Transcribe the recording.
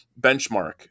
benchmark